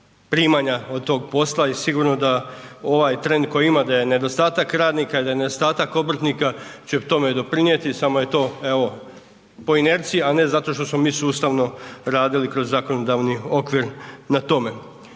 primanja od tog posla. I sigurno da ovaj tren koji ima da je nedostatak radnika i da je nedostatak obrtnika će tome doprinijeti samo je to po inerciji, a ne zato što smo mi sustavno radili kroz zakonodavni okvir na tome.